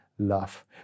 love